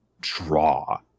draw